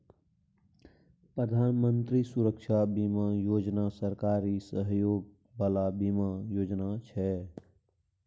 प्रधानमंत्री सुरक्षा बीमा योजना सरकारी सहयोग बला बीमा योजना छै